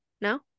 no